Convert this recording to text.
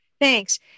Thanks